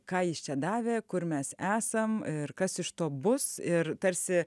ką jis čia davė kur mes esam ir kas iš to bus ir tarsi